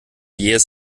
jähes